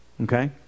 Okay